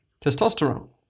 testosterone